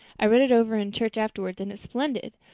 i read it over in church afterwards and it's splendid.